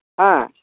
ᱦᱮᱸ